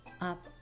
up